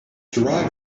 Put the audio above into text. derived